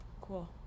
Cool